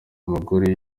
umugore